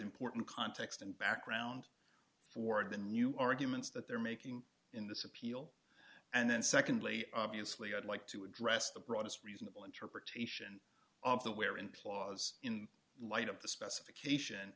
important context and background for the new arguments that they're making in this appeal and then secondly obviously i'd like to address the broadest reasonable terp or titian of that where employers in light of the specification